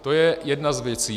To je jedna z věcí.